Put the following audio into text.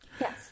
yes